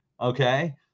okay